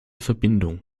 verbindung